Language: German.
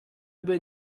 über